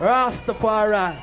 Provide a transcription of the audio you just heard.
Rastafari